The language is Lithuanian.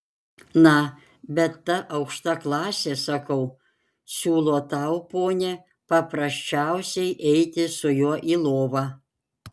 na bet ta aukšta klasė sakau siūlo tau ponia paprasčiausiai eiti su juo į lovą